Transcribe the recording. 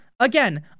Again